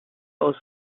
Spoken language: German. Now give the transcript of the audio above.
aus